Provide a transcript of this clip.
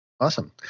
Awesome